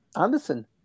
Anderson